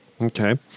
Okay